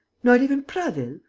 not even prasville.